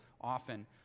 often